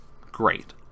great